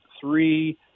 three